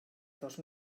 dos